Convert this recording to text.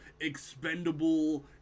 expendable